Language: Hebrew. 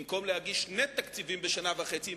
במקום להגיש שני תקציבים בשנה וחצי היא